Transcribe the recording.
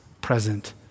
present